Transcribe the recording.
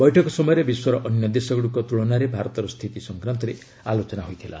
ବୈଠକ ସମୟରେ ବିଶ୍ୱର ଅନ୍ୟ ଦେଶଗୁଡ଼ିକ ତ୍କଳନାରେ ଭାରତର ସ୍ଥିତି ସଂକ୍ରାନ୍ତରେ ଆଲୋଚନା ହୋଇଥିଲା